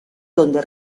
donde